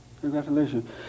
Congratulations